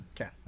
Okay